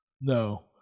No